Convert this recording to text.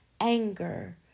anger